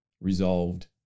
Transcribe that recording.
resolved